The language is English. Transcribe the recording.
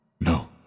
No